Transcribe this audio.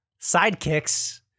sidekicks